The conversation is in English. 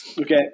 Okay